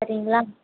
சரிங்களா